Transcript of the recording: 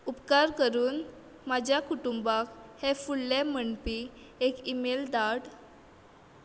उपकार करून म्हज्या कुटुंबाक हे फुडले म्हणपी एक ईमेल धाड